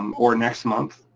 um or next month,